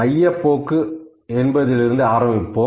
மையப்போக்கு என்பதிலிருந்து ஆரம்பிக்கலாம்